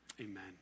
Amen